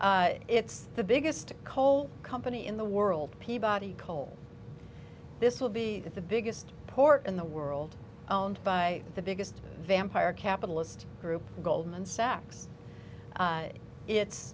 can it's the biggest coal company in the world peabody coal this will be the biggest port in the world by the biggest vampire capitalist group goldman sachs it's